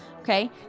okay